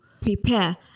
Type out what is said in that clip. prepare